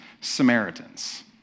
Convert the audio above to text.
Samaritans